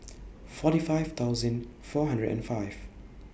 forty five thousand four hundred and five